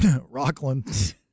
Rockland